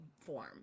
form